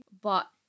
But-